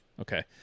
Okay